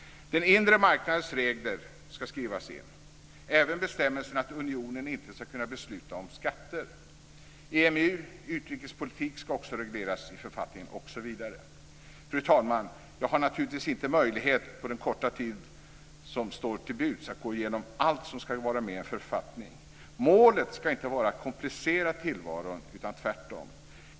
Den inre marknadens regler ska skrivas in, även bestämmelsen att unionen inte ska kunna besluta om skatter. EMU och utrikespolitik ska också regleras i författningen osv. Fru talman! Jag har naturligtvis inte möjlighet att på den korta tid som står till buds gå igenom allt som ska vara med i en författning. Målet ska inte vara att komplicera tillvaron utan tvärtom.